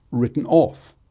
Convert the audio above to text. written off,